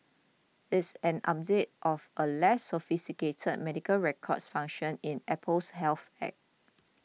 it's an update of a less sophisticated medical records function in Apple's Health App